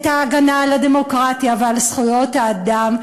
ההגנה על הדמוקרטיה ועל זכויות האדם,